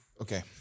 Okay